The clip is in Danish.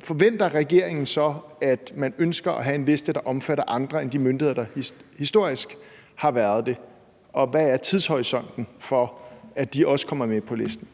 Forventer regeringen så, at man ønsker at have en liste, der omfatter andre end de myndigheder, der historisk har været det, og hvad er tidshorisonten for, at de også kommer med på listen?